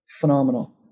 phenomenal